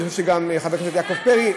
אני חושב שגם חבר הכנסת יעקב פרי,